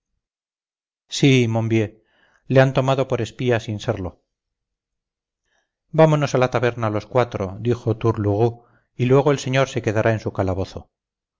vieux le han tomado por espía sin serlo vámonos a la taberna los cuatro dijo tourlourou y luego el señor se quedará en su calabozo